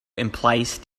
emplaced